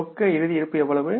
ரொக்க இறுதி இருப்பு எவ்வளவு